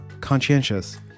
conscientious